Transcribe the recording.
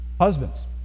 Husbands